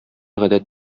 гадәт